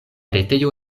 retejo